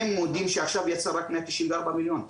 הם מודים שעכשיו יצא רק מאה תשעים וארבע מיליון.